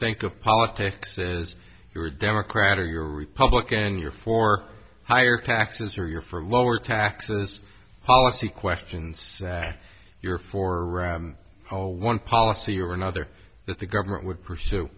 think of politics as you're a democrat or republican you're for higher taxes or you're for lower taxes policy questions that you're for or one policy or another that the government would pursue